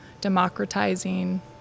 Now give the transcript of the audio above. democratizing